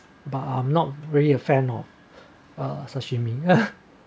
but I'm not really a fan of a sashimi